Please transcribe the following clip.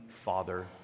Father